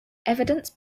evidence